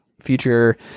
future